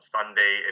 Sunday